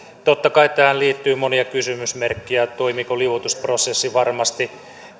totta kai tähän liittyy monia kysymysmerkkejä toimiiko liuotusprosessi varmasti